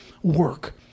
Work